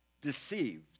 deceived